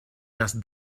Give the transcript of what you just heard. das